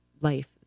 life